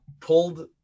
pulled